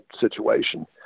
situation